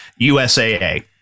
USAA